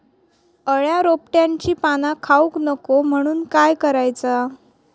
अळ्या रोपट्यांची पाना खाऊक नको म्हणून काय करायचा?